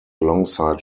alongside